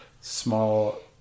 Small